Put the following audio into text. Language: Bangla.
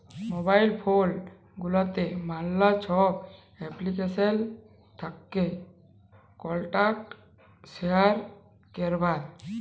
মোবাইল ফোল গুলাতে ম্যালা ছব এপ্লিকেশল থ্যাকে কল্টাক্ট শেয়ার ক্যরার